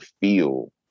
feel